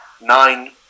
Nine